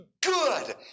good